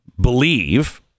believe